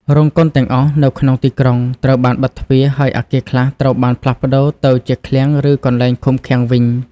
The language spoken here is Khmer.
រោងកុនទាំងអស់ នៅក្នុងទីក្រុងត្រូវបានបិទទ្វារ ហើយអាគារខ្លះត្រូវបានផ្លាស់ប្តូរទៅជាឃ្លាំង ឬកន្លែងឃុំឃាំងវិញ។